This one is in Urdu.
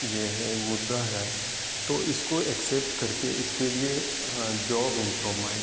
یہ ہے مدعا ہے تو اس کو اکسیپٹ کر کے اس کے لیے ہاں جاب امپرومائنڈ